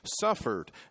suffered